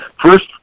first